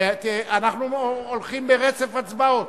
אנחנו הולכים לרצף הצבעות.